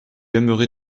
aimerais